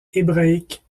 hébraïque